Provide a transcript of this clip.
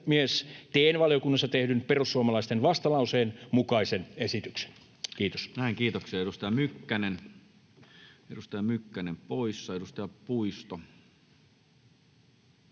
teen valiokunnassa tehdyn perussuomalaisten vastalauseen mukaisen esityksen. — Kiitos.